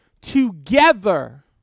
together